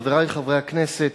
חברי חברי הכנסת,